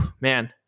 man